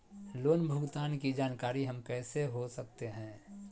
Loan भुगतान की जानकारी हम कैसे हो सकते हैं?